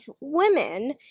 women